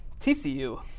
TCU